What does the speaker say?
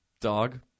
Dog